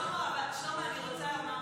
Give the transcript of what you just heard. שלמה, אני רוצה לומר משהו.